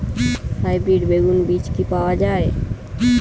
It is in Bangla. হাইব্রিড বেগুন বীজ কি পাওয়া য়ায়?